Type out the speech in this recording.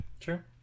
sure